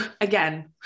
again